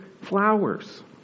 flowers